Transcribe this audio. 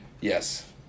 Yes